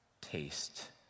taste